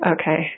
okay